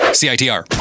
citr